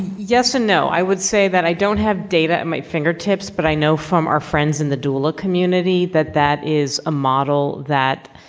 yes and no. i would say that i don't have data at my fingertips, but i know from our friends in the doula community that that is a model that